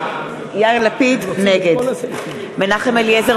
לפיד, נגד מנחם אליעזר